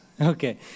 Okay